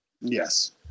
Yes